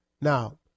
Now